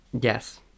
Yes